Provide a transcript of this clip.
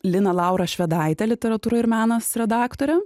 liną laurą švedaitę literatūra ir menas redaktorę